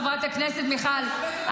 חברת הכנסת מיכל.